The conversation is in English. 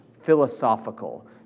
philosophical